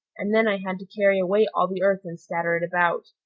and then i had to carry away all the earth and scatter it about.